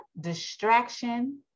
Distraction